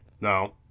no